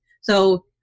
So-